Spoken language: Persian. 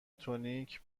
تونیک